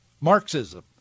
Marxism